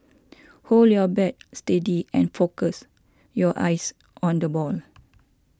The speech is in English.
hold your bat steady and focus your eyes on the ball